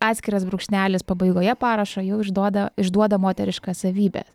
atskiras brūkšnelis pabaigoje parašo jau išduoda išduoda moterišką savybę